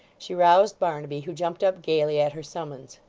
she roused barnaby, who jumped up gaily at her summons.